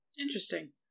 Interesting